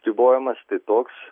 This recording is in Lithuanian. ribojamas tai toks